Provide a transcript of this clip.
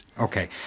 okay